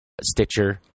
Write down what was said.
Stitcher